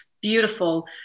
beautiful